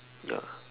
ya